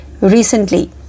recently